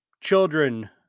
children